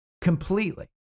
completely